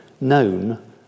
known